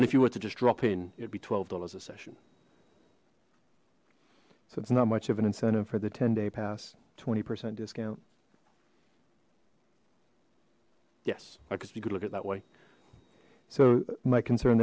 and if you were to just drop in it would be twelve dollars a session so it's not much of an incentive for the ten day pass twenty percent discount yes i guess we could look it that way so my concern